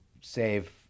save